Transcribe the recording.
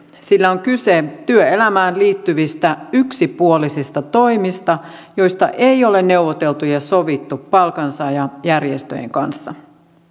sillä on kyse työelämään liittyvistä yksipuolisista toimista joista ei ole neuvoteltu ja sovittu palkansaajajärjestöjen kanssa